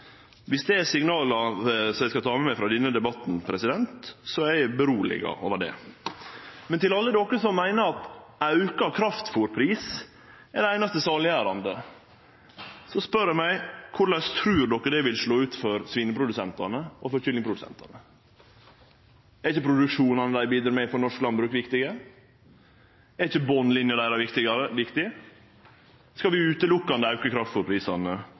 Viss dette er signala eg skal ta med meg frå denne debatten, gjer det meg roleg. Men til alle dei som meiner at auka kraftfôrpris er det einaste saliggjerande, spør eg meg: Korleis trur dei det vil slå ut for svineprodusentane og for kyllingprodusentane? Er ikkje produksjonen dei bidreg med, viktig for norsk landbruk? Er ikkje botnlinja deira viktig? Skal vi berre auke